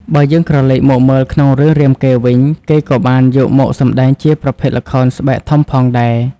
បើយើងក្រឡេកមកមើលក្នុងរឿងរាមកេរ្តិ៍វិញគេក៏បានយកមកសម្តែងជាប្រភេទល្ខោនស្បែកធំផងដែរ ។